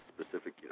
specific